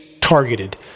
targeted